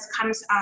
comes